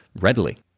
readily